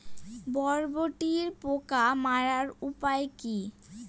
বরবটির পোকা মারার উপায় কি?